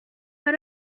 pas